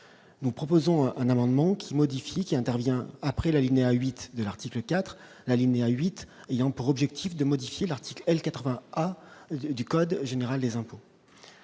nous proposons un amendement. Modifié qui intervient après l'alinéa 8 de l'article IV l'alinéa 8 ayant pour objectif de modifier l'article L- 80 du code général des impôts,